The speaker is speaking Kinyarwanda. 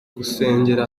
gusengera